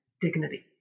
dignity